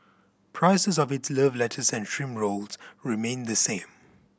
prices of its love letters and shrimp rolls remain the same